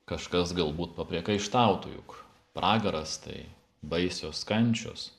kažkas galbūt papriekaištautų juk pragaras tai baisios kančios